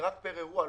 רק פר אירוע.